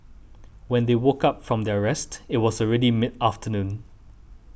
when they woke up from their rest it was already mid afternoon